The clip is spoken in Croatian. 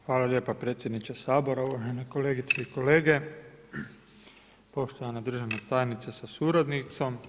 Hvala lijepa predsjedniče Sabora, uvažene kolegice i kolege, poštovana državna tajnice sa suradnicom.